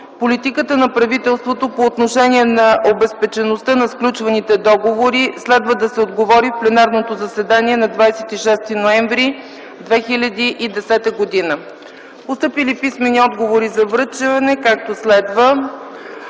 политиката на правителството по отношение на обезпечеността на сключваните договори. Следва да се отговори в пленарното заседание на 26 ноември 2010 г. Постъпили писмени отговори за връчване, както следва: